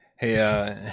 Hey